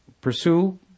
pursue